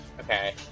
okay